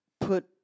put